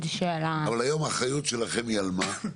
--- אבל היום האחריות שלכם היא על מה?